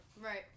Right